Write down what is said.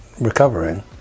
recovering